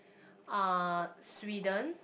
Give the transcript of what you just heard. uh Sweden